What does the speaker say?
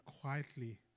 quietly